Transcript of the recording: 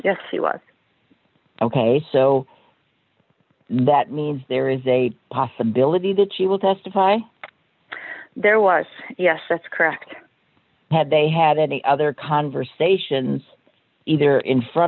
was ok so that means there is a possibility that she will testify there was yes that's correct had they had any other conversations either in front